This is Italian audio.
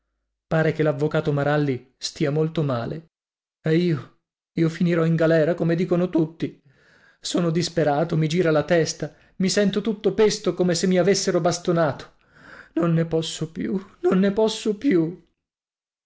pare che l'avvocato maralli stia molto male e io io finirò in galera come dicono tutti sono disperato mi gira la testa mi sento tutto pesto come se mi avessero bastonato non ne posso più non ne posso più